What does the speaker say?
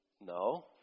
No